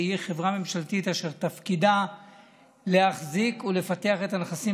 שהיא חברה ממשלתית אשר תפקידה להחזיק ולפתח את הנכסים